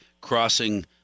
Crossing